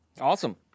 Awesome